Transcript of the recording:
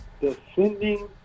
defending